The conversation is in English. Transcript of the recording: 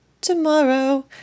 tomorrow